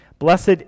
Blessed